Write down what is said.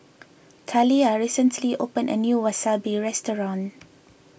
Talia recently opened a new Wasabi restaurant